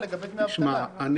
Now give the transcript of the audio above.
ממוצע.